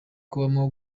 kubamo